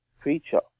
creature